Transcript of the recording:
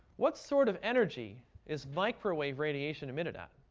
what sort of energy is microwave radiation emitted at?